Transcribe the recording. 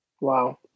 Wow